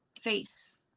face